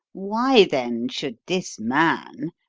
why, then, should this man,